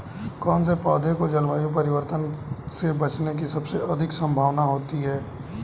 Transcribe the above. कौन से पौधे को जलवायु परिवर्तन से बचने की सबसे अधिक संभावना होती है?